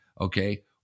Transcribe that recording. okay